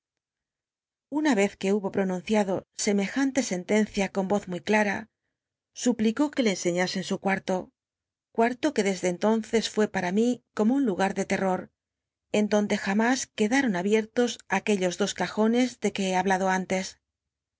una yez que hubo pronunciado semejante sentencia con voz muy clara suplicú c uc le enseñasen su cuarto cuarto que de dc entonces fué para error en donde jamüs quemi como un lugar de terror en donde jamás quedaron abiertos aquellos dos cajones de que he hablado antes